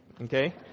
okay